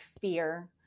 fear